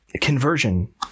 conversion